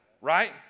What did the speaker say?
right